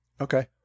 Okay